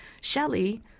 Shelley